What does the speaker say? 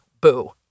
boo